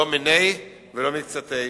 לא מיניה ולא מקצתיה.